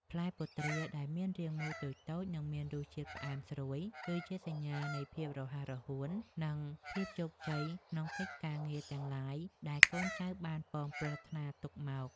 ផ្លែពុទ្រាដែលមានរាងមូលតូចៗនិងមានរសជាតិផ្អែមស្រួយគឺជាសញ្ញានៃភាពរហ័សរហួន និង ភាពជោគជ័យក្នុងកិច្ចការងារទាំងឡាយដែលកូនចៅបានប៉ងប្រាថ្នាទុកមក។